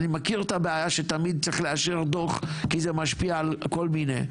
אני מכיר את הבעיה שתמיד צריך לאשר דוח כי זה משפיע על כל מיני,